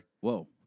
Whoa